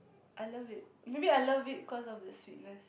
I love it maybe I love it cause of the sweetness